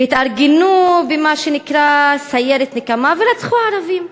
והתארגנו במה שנקרא סיירת נקמה, ורצחו ערבים.